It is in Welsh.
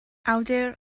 awdur